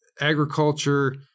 agriculture